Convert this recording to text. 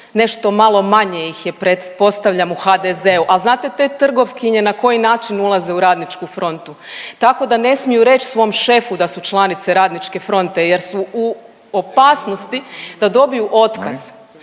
nešto malo manje ih je pretpostavljam u HDZ-u. Al znate te trgovkinje na koji način ulaze u RF? Tako da ne smiju reć svom šefu da su članice RF-a jer su u opasnosti da dobiju otkaz.